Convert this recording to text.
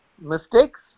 mistakes